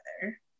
together